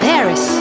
Paris